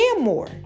more